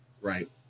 Right